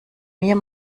mir